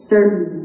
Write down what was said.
Certain